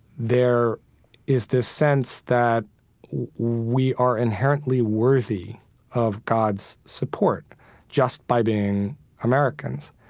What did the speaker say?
there is this sense that we are inherently worthy of god's support just by being americans.